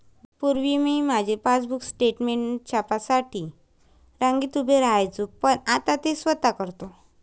पूर्वी मी माझे पासबुक स्टेटमेंट छापण्यासाठी रांगेत उभे राहायचो पण आता ते स्वतः करतो